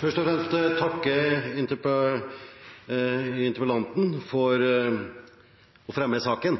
Først og fremst takker jeg interpellanten for å fremme saken.